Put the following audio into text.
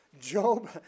Job